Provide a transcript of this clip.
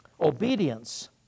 obedience